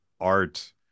art